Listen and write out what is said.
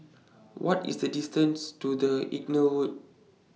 What IS The distance to The Inglewood